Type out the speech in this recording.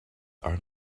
are